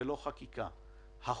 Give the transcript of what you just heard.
ולא חקיקה- - לא.